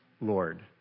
Lord